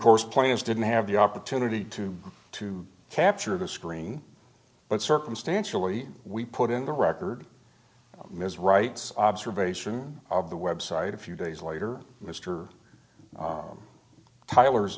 course players didn't have the opportunity to to capture the screen but circumstantially we put in the record ms wright's observation of the website a few days later mister tyler's